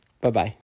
Bye-bye